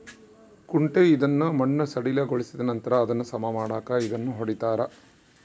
ಕುಂಟೆ ಇದನ್ನು ಮಣ್ಣು ಸಡಿಲಗೊಳಿಸಿದನಂತರ ಅದನ್ನು ಸಮ ಮಾಡಾಕ ಇದನ್ನು ಹೊಡಿತಾರ